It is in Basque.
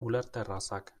ulerterrazak